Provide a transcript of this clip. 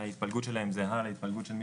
עם התוספת המשמעותית של 300 מיליון שקל,